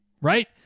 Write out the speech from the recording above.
right